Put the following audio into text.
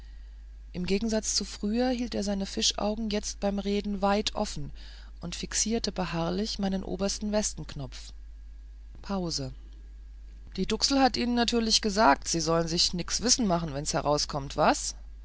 im gegensatz zu früher hielt er seine fischaugen jetzt beim reden weit offen und fixierte beharrlich meinen obersten westenknopf pause die duksel hat ihnen natürlich gesagt sie sollen sich nix wissen machen wenn's herauskommt waas